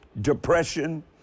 depression